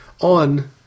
on